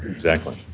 exactly.